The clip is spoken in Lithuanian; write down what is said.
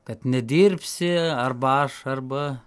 kad nedirbsi arba aš arba